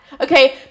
Okay